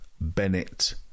Bennett